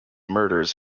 murders